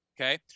Okay